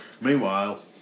Meanwhile